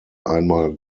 einmal